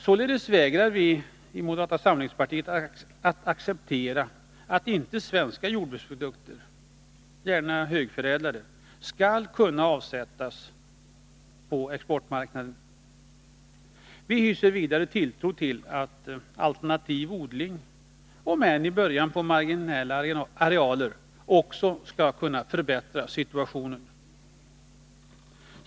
Således vägrar vi i moderata samlingspartiet att acceptera att inte svenska jordbruksprodukter, gärna högförädlade, skall kunna avsättas på exportmarknaden. Vi hyser vidare tilltro till att alternativ odling — om än i början på marginella arealer — också skulle kunna förbättra situationen.